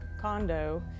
condo